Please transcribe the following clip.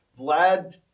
Vlad